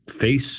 face